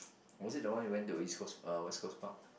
was it the one we went to East-Coast uh West-Coast-Park